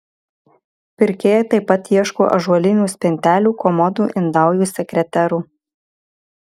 pirkėjai taip pat ieško ąžuolinių spintelių komodų indaujų sekreterų